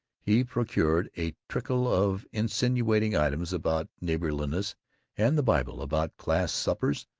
he procured a trickle of insinuating items about neighborliness and the bible, about class-suppers,